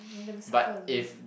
but if